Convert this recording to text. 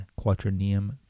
Quaternium